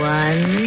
one